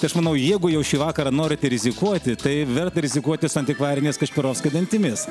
tai aš manau jeigu jau šį vakarą norite rizikuoti tai verta rizikuoti su antikvariniais kašpirovskio dantimis